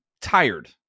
tired